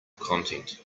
content